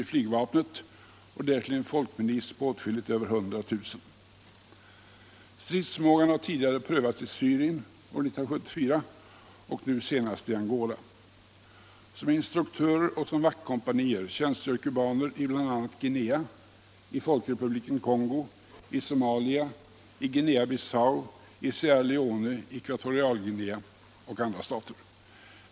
debatt och valutapolitisk debatt i Ekvatorialguinea och i andra stater.